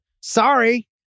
Sorry